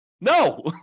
No